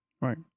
Right